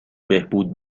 بهبود